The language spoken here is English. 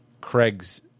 Craig's